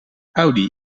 audi